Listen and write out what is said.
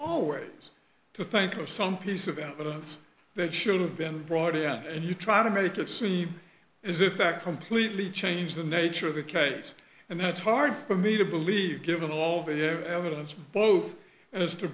always to think of some piece of evidence that should have been brought in and you try to make it seem as if fact from please change the nature of the case and that's hard for me to believe given all the evidence both as to